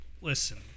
listen